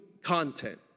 content